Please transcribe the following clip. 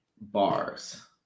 Bars